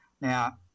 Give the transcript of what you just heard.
Now